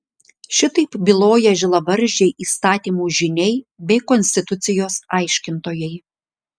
šitaip byloja žilabarzdžiai įstatymų žyniai bei konstitucijos aiškintojai